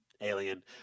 alien